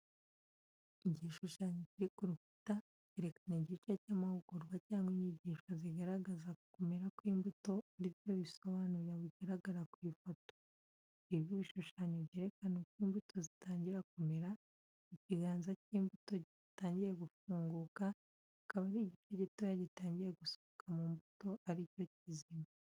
Igishushanyo kiri ku rukuta, cyerekana igice cy’amahugurwa cyangwa inyigisho zigaragaza kumera kw’imbuto ari byo bisobanuro bigaragara ku ifoto. Hariho ibishushanyo byerekana uko imbuto zitangira kumera, ikiganza cy’imbuto cyatangiye gufunguka, akaba ari igice gitoya gitangiye gusohoka mu mbuto, ari cyo kizima.